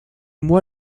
moi